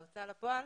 להוצאה לפועל,